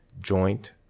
joint